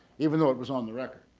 even though it was on the record,